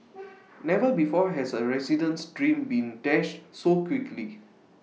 never before has A resident's dream been dash so quickly